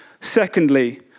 Secondly